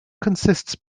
consists